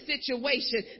situation